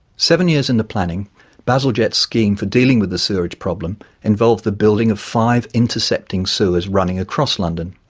seven years in the planning bazalgette's scheme for dealing with the sewerage problem involved the building of five intercepting sewers running across london.